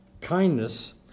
Kindness